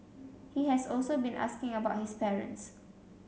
he has also been asking about his parents